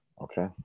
Okay